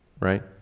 right